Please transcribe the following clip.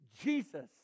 Jesus